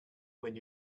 when